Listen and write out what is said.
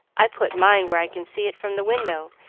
i put mine where i can see it from the window,